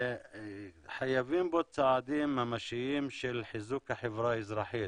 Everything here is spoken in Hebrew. חייבים פה צעדים ממשיים של חיזוק החברה האזרחית